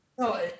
No